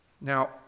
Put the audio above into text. Now